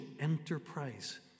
enterprise